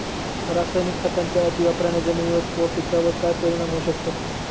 रासायनिक खतांच्या अतिवापराने जमिनीवर व पिकावर काय परिणाम होऊ शकतो?